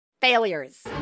Failures